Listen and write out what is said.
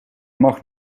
mag